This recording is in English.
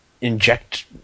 inject